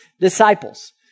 disciples